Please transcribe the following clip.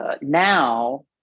now